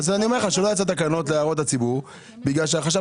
אז אני אומר לך שלא יצאו תקנות להערות הציבור בגלל שהחשב